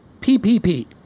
PPP